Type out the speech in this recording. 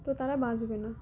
তো তারা বাঁচবে না